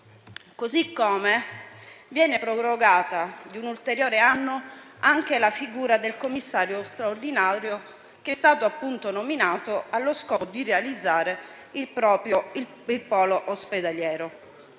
Ugualmente, viene prorogata di un ulteriore anno anche la figura del commissario straordinario, che è stato appunto nominato allo scopo di realizzare il polo ospedaliero.